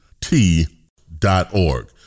T.org